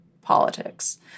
politics